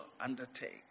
undertake